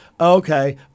okay